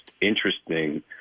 interesting